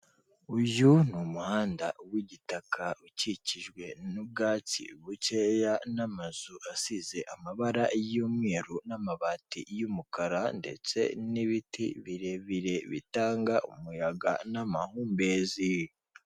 Uyu ni umuhanda w'igitaka ukikijwe n'ubwatsi bukeya n'amazu asize amabara y'umweru n'amabati y'umukara ndetse n'ibiti birebire bitanga umuyaga n'amahumbezi.